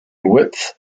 width